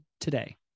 today